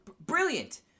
brilliant